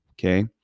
okay